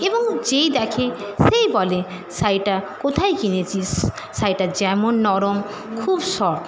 এবং যেই দেখে সেই বলে শাড়িটা কোথায় কিনেছিস শাড়িটা যেমন নরম খুব সফট